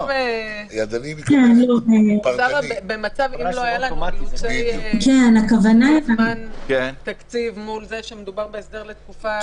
לא היו לנו אילוצי תקציב מול זה שמדובר בהסדר לתקופה מסוימת.